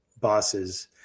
bosses